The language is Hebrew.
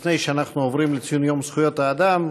לפני שאנחנו עוברים לציון יום זכויות האדם,